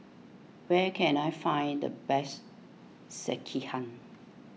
where can I find the best Sekihan